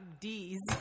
D's